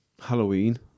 Halloween